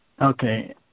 Okay